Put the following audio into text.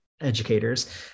educators